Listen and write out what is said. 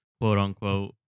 quote-unquote